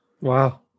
Wow